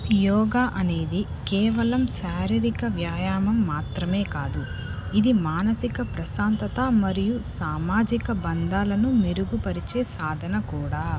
యోగా అనేది కేవలం శారీరిక వ్యాయామం మాత్రమే కాదు ఇది మానసిక ప్రశాంతత మరియు సామాజిక బంధాలను మెరుగుపరిచే సాధన కూడా